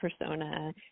persona